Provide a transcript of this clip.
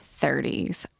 30s